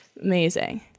amazing